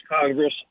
Congress